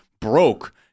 broke